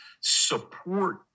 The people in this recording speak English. support